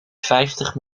vijftig